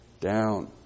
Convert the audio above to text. down